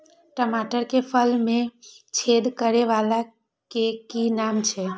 टमाटर के फल में छेद करै वाला के कि नाम छै?